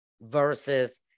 versus